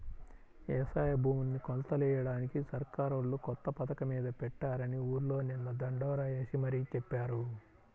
యవసాయ భూముల్ని కొలతలెయ్యడానికి సర్కారోళ్ళు కొత్త పథకమేదో పెట్టారని ఊర్లో నిన్న దండోరా యేసి మరీ చెప్పారు